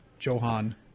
Johan